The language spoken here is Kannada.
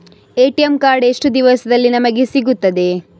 ಎ.ಟಿ.ಎಂ ಕಾರ್ಡ್ ಎಷ್ಟು ದಿವಸದಲ್ಲಿ ನಮಗೆ ಸಿಗುತ್ತದೆ?